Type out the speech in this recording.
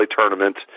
tournament